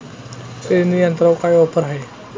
पेरणी यंत्रावर काय ऑफर आहे?